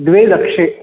द्वे लक्षे